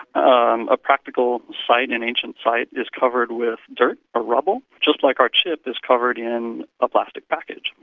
um a practical site, an ancient site, is covered with dirt or rubble, just like our chip is covered in a plastic package.